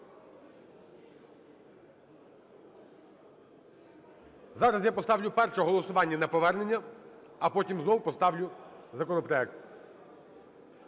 Зараз я поставлю перше голосування на повернення, а потім знову поставлю законопроект.